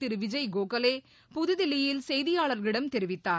திரு விஜய் கோகலே புதுதில்லியில் செய்தியாளர்களிடம் தெரிவித்தார்